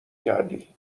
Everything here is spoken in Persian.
کردی